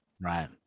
Right